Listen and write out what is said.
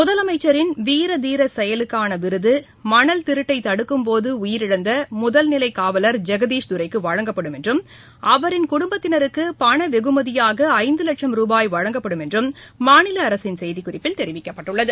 முதலமைச்சரின் வீரதீர செயலுக்கான விருது மணல் திருட்டை தடுக்கும்போது உயிரிழந்த முதல்நிலை காவலர் எஸ் ஜெகதீஸ் துரைக்கு வழங்கப்படும் என்றும் அவரின் குடும்பத்தினருக்கு பண வெகுமதியாக ஐந்து வட்சும் ரூபாய் வழங்கப்படும் என்றும் மாநில அரசின் செய்திக்குறிப்பில் தெரிவிக்கப்பட்டுள்ளது